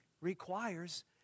requires